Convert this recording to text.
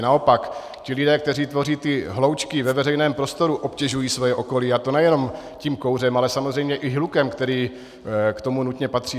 Naopak ti lidé, kteří tvoří ty hloučky ve veřejném prostoru, obtěžují svoje okolí, a to nejenom tím kouřem, ale samozřejmě i hlukem, který k tomu nutně patří.